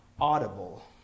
audible